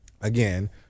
again